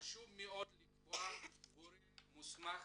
חשוב מאוד לקבוע גורם מוסמך